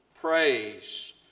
praise